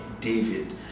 david